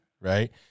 right